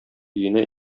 өенә